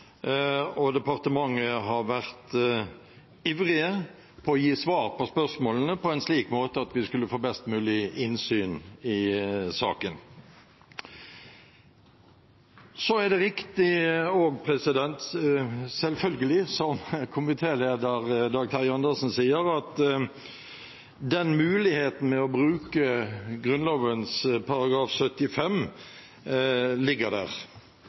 og departementet har vært ivrige etter å gi svar på spørsmålene på en slik måte at vi skulle få best mulig innsyn i saken. Så er det riktig, selvfølgelig, som komitéleder Dag Terje Andersen sier, at muligheten til å bruke Grunnloven § 75 ligger der.